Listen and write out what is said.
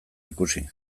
ikusi